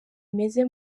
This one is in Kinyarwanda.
ameze